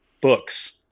books